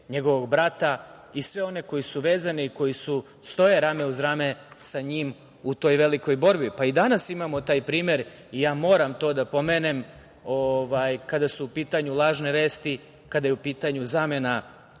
njegovog brata i sve one koji su vezani, koji stoje rame uz rame sa njim u toj velikoj borbi. Danas imamo taj primer i ja moram to da pomenem, kada su u pitanju lažne vesti, kada je u pitanju zamena